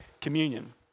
communion